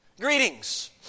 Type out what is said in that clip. greetings